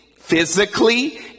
physically